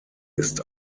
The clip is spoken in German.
ist